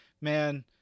man